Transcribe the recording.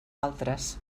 altres